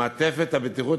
"מעטפת הבטיחות",